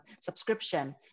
subscription